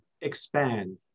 expand